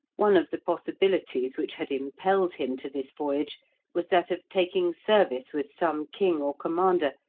one of the possibilities which had impelled him to this voyage was that of taking service with some king or commander,